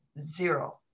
zero